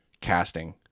casting